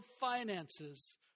finances